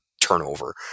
turnover